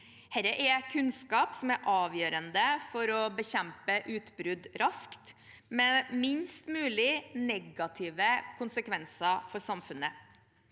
Dette er kunnskap som er avgjørende for å bekjempe utbrudd raskt, med minst mulig negative konsekvenser for samfunnet.